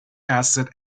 acid